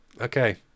Okay